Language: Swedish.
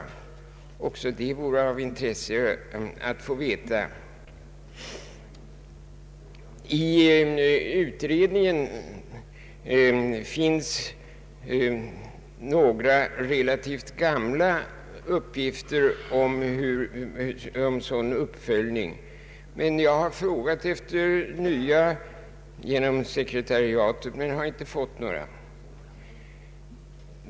Också det vore av intresse att få veta. I utredningen finns några relativt gamla uppgifter om en sådan uppföljning. Jag har genom sekretariatet frågat efter nya siffror men inte fått några.